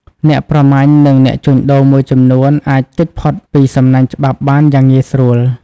អ្នកប្រមាញ់និងអ្នកជួញដូរមួយចំនួនអាចគេចផុតពីសំណាញ់ច្បាប់បានយ៉ាងងាយស្រួល។